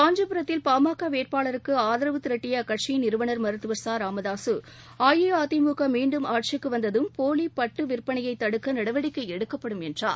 காஞ்சிபுரத்தில் பா ம க வேட்பாளருக்கு ஆதரவு திரட்டிய அக்கட்சியின் நிறுவனர் மருத்துவர் ச ராமதாக அஇஅதிமுக மீண்டும் ஆட்சிக்கு வந்ததும் போலி பட்டு விற்பனையைத் தடுக்க நடவடிக்கை எடுக்கப்படும் என்றார்